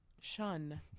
shun